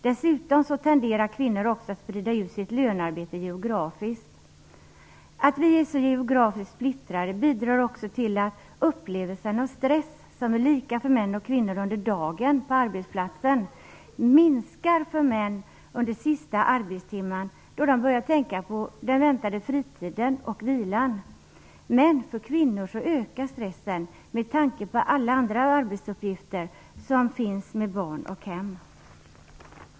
Dessutom tenderar kvinnor också att sprida ut sitt lönearbete geografiskt. Att vi är geografiskt så splittrade bidrar också till att upplevelsen av stress, som är lika för män och kvinnor under dagen på arbetsplatsen, minskar för män under sista arbetstimmen då de börjar tänka på den väntande fritiden och vilan men ökar för kvinnor med tanke på alla andra arbetsuppgifter som finns kvar med barn och hem.